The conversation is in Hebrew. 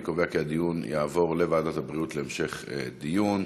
אני קובע כי הדיון יעבור לוועדת הבריאות להמשך דיון.